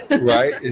Right